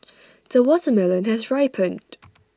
the watermelon has ripened